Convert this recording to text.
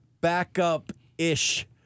backup-ish